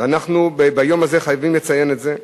אנחנו ביום הזה חייבים לציין את זה.